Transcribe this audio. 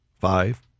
five